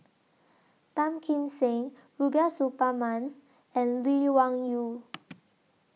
Tan Kim Seng Rubiah Suparman and Lee Wung Yew